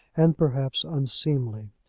and, perhaps, unseemly.